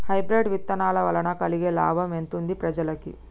Hybrid విత్తనాల వలన కలిగే లాభం ఎంతుంది ప్రజలకి?